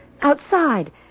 Outside